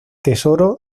tesoro